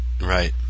Right